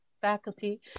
faculty